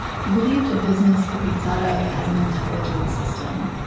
he believed a business could be thought of as an intelligent system.